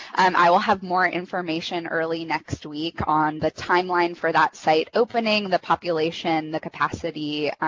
i will have more information early next week on the timeline for that site opening, the population, the capacity,